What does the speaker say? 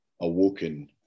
awoken